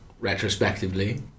retrospectively